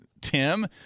Tim